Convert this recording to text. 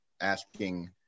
asking